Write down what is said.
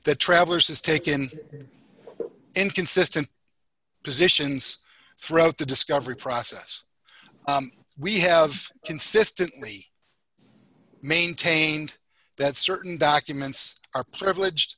that traverses taken inconsistent positions throughout the discovery process we have consistently maintained that certain documents are privileged